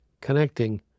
connecting